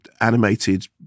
animated